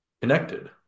connected